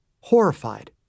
horrified